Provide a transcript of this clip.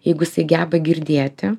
jeigu jisai geba girdėti